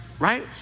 right